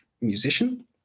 musician